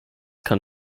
kann